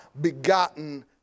begotten